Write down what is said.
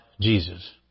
Jesus